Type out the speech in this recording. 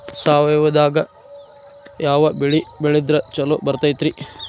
ಸಾವಯವದಾಗಾ ಯಾವ ಬೆಳಿ ಬೆಳದ್ರ ಛಲೋ ಬರ್ತೈತ್ರಿ?